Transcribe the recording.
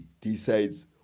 decides